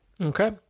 Okay